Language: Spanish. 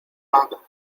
mata